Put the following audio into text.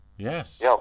Yes